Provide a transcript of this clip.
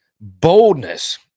boldness